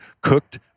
cooked